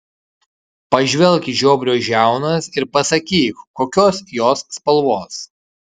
pažvelk į žiobrio žiaunas ir pasakyk kokios jos spalvos